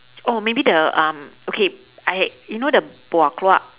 oh maybe the um okay I you know the buah keluak